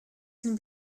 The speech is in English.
can